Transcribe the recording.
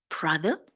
brother